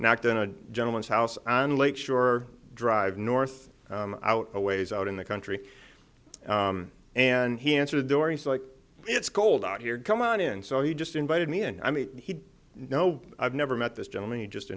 knocked in a gentleman's house on lake shore drive north out a ways out in the country and he answered a door he's like it's cold out here come on in so he just invited me in i mean he no i've never met this gentleman he just